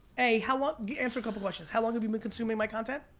a, how long, answer a couple questions. how long have you been consuming my content?